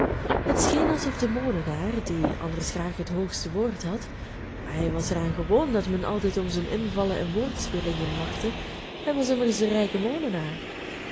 het scheen alsof de molenaar die anders graag het hoogste woord had hij was er aan gewoon dat men altijd om zijn invallen en woordspelingen lachte hij was immers